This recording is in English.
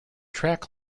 track